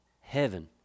heaven